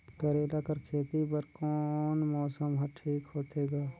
करेला कर खेती बर कोन मौसम हर ठीक होथे ग?